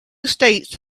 states